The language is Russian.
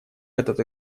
этот